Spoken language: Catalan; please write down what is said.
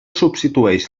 substitueix